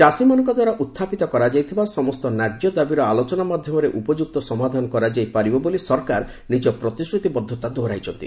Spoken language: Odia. ଚାଷୀମାନଙ୍କ ଦ୍ୱାରା ଉଡ୍ଚାପିତ କରାଯାଇଥିବା ସମସ୍ତ ନାଯ୍ୟଦାବୀର ଆଲୋଚନା ମାଧ୍ୟମରେ ଉପଯୁକ୍ତ ସମାଧାନ କରାଯାଇ ପାରିବ ବୋଲି ସରକାର ନିଜ ପ୍ରତିଶ୍ରତିବଦ୍ଧତା ଦୋହରାଇଛନ୍ତି